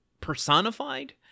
personified